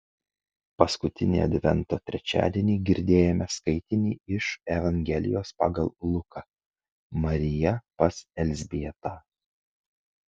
paskutinį advento trečiadienį girdėjome skaitinį iš evangelijos pagal luką marija pas elzbietą